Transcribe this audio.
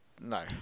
No